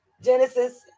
genesis